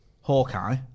Hawkeye